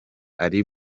ali